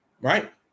Right